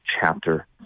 chapter